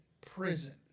prison